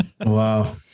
Wow